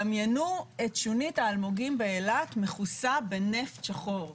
דמיינו את שונית האלמוגים באילת, מכוסה בנפט שחור,